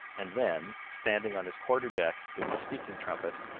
and then, standing on his quarter-deck with his speaking-trumpet,